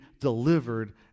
delivered